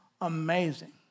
amazing